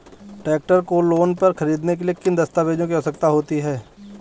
Tractor को loan पर खरीदने के लिए किन दस्तावेज़ों की आवश्यकता होती है?